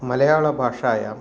मलयालभाषायाम्